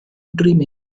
dreaming